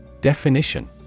Definition